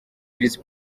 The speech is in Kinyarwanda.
visi